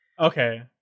Okay